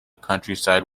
countryside